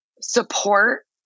support